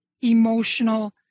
emotional